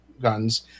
guns